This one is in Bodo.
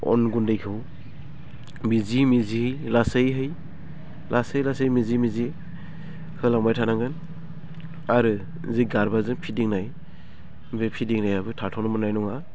अन गुन्दैखौ मिजि मिजि लासैयै लासै लासै मिजि मिजि होलांबाय थानांगौ आरो जे गाबाजों फिदिंनाय बे फिदिंनायबो थाथ'नो मोन्नाय नङा